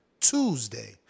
Tuesday